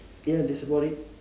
ya that's about it